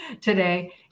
today